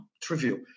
trivial